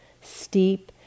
steep